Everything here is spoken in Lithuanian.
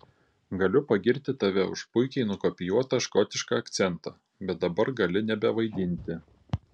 galiu pagirti tave už puikiai nukopijuotą škotišką akcentą bet dabar gali nebevaidinti